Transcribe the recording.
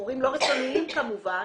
חורים לא רצוניים כמובן,